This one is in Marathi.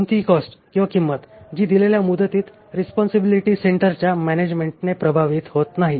कोणतीही कॉस्ट जी दिलेल्या मुदतीत रिस्पॉन्सिबिलिटी सेंटरच्या मॅनॅजमेन्टने प्रभावित होत नाही